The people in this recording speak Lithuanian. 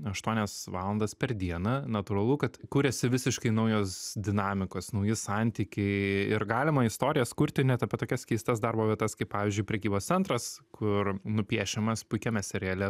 aštuonias valandas per dieną natūralu kad kuriasi visiškai naujos dinamikos nauji santykiai ir galima istorijas kurti net apie tokias keistas darbo vietas kaip pavyzdžiui prekybos centras kur nupiešiamas puikiame seriale